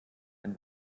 ein